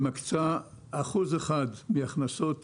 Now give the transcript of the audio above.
שמקצה 1% מן ההכנסות